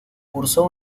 cursó